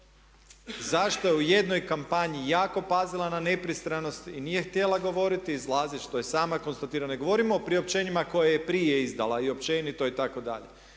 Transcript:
zašto je u jednoj kampanji jako pazila na nepristranost i nije htjela govoriti, izlazit što je sama konstatirala. Ne govorim o priopćenjima koje je prije izdala i općenito itd.,